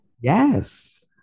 Yes